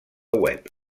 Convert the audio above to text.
web